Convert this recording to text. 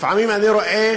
לפעמים אני רואה